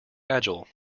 agile